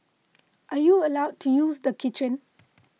are you allowed to use the kitchen